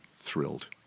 thrilled